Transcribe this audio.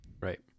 Right